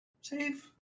save